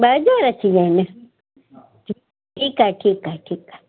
ॿ हज़ार थी विया आहिनि ठीकु आहे ठीकु आहे ठीकु आहे